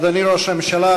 אדוני ראש הממשלה,